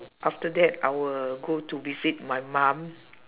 after that I will go to visit my mum